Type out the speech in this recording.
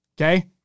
Okay